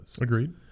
Agreed